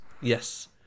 Yes